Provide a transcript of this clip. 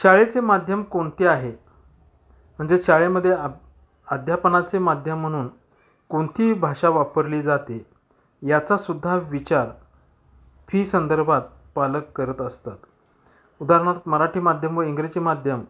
शाळेचे माध्यम कोणते आहे म्हणजे शाळेमध्ये आ अध्यापनाचे माध्यम म्हणून कोणती भाषा वापरली जाते याचा सुद्धा विचार फी संदर्भात पालक करत असतात उदाहरणार्थ मराठी माध्यम व इंग्रजी माध्यम